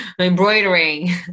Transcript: embroidering